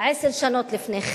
מאשר עשר שנים לפני כן.